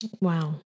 Wow